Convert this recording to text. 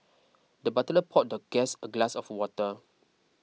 the butler poured the guest a glass of water